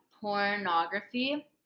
pornography